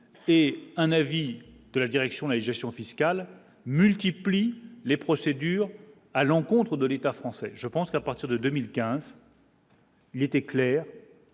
et un avis de la direction et gestion fiscale multiplie les procédures à l'encontre de l'État français, je pense qu'à partir de 2015. Il était clair.